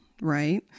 right